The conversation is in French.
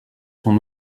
sont